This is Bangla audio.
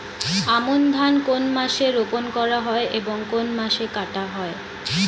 আমন ধান কোন মাসে রোপণ করা হয় এবং কোন মাসে কাটা হয়?